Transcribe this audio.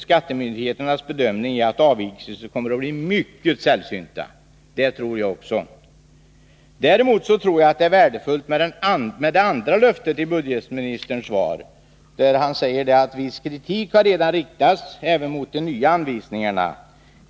Skattemyndigheternas bedömning är att avvikelser kommer att bli mycket sällsynta. Det tror jag också. Däremot tror jag att det är värdefullt med det andra löftet i budgetministerns svar, där han säger: ”Viss kritik har redan riktats även mot de nya anvisningarna.